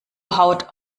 haut